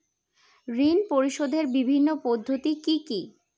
ঋণ পরিশোধের বিভিন্ন পদ্ধতি কি কি?